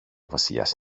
βασιλιάς